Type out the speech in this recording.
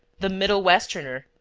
the middle-westerner,